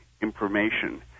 information